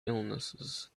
illnesses